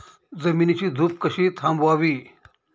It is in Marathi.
जमिनीची धूप कशी थांबवावी?